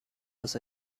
was